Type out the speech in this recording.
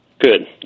Good